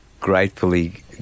gratefully